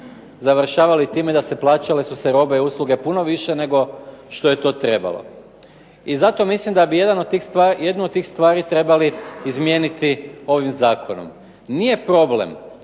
završavali time da su se plaćale robe i usluge puno više nego što je to trebalo. I zato mislim da bi jednu od tih stvari trebali izmijeniti ovim zakonom. Nije problem,